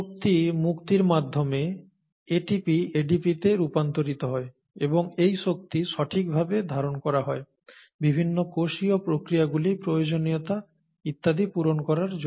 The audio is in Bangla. শক্তি মুক্তির মাধ্যমে ATP ADP তে রূপান্তরিত হয় এবং এই শক্তি সঠিকভাবে ধারণ করা হয় বিভিন্ন কোষীয় প্রক্রিয়াগুলির প্রয়োজনীয়তা ইত্যাদি পূরণ করার জন্য